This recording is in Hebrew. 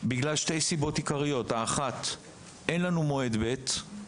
משתי סיבות עיקריות: 1. אין לנו מועד ב׳,